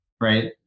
right